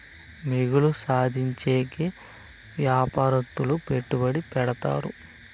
మిగులు సాధించేకి యాపారత్తులు పెట్టుబడి పెడతారు